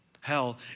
Hell